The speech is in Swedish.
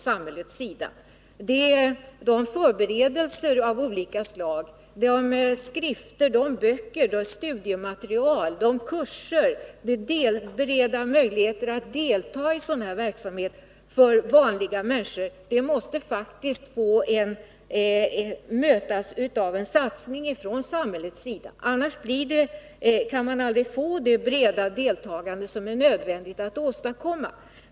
Samhället måste lämna sitt stöd till skrifter, böcker, studiemateriel och kurser om och kring nedrustningsfrågor samt bereda människor möjligheter att delta i sådan verksamhet. Annars går det aldrig att åstadkomma det breda deltagande som är nödvändigt.